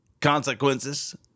consequences